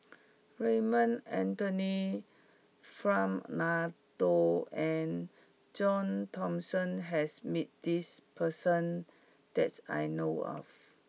Raymond Anthony Fernando and John Thomson has meet this person that I know of